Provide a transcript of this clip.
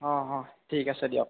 অঁ অঁ ঠিক আছে দিয়ক